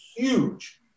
huge